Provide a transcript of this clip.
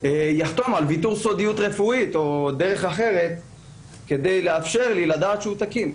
יחתום על ויתור סודיות רפואית או דרך אחרת שתאפשר לי לדעת שהוא בריא.